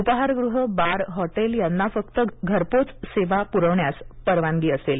उपाहारगृह bar hotel यांना फक्त घरपोच सेवा पुरवण्यास परवानगी असेल